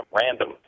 random